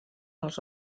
els